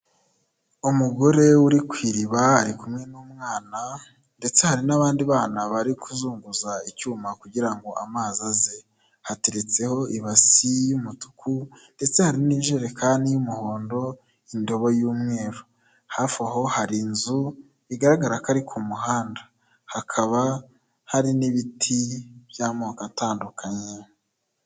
Umugore uri ku iriba ari kumwe n'umwana ndetse hari n'abandi bana bari kuzunguza icyuma kugira ngo amazi aze, hateretseho ibasi y'umutuku ndetse hari n'ijerekani y'umuhondo indobo y'umweru, hafi aho hari inzu bigaragara ko ari ku muhanda, hakaba hari n'ibiti by'amoko atandukanye.